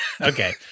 Okay